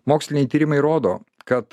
moksliniai tyrimai rodo kad